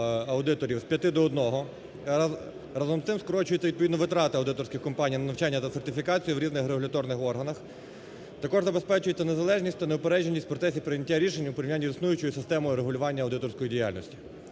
аудиторів з п'яти до одного. Разом з тим, скорочується відповідно витрата аудиторських компаній на навчання та сертифікацію в різних регуляторних органах. Також забезпечуються незалежність та неупередженість в процесі прийняття рішень у порівнянні з існуючою системою регулювання аудиторської діяльності.